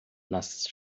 nas